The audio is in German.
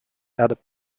erde